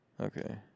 Okay